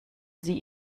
sie